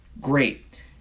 Great